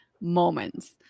moments